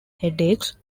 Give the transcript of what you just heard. headaches